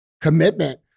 commitment